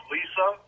Lisa